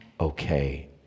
okay